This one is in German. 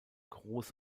groß